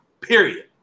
period